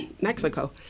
Mexico